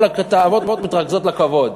כל התאוות מתרכזות לכבוד,